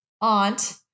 aunt